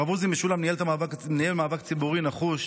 הרב עוזי משולם ניהל מאבק ציבורי נחוש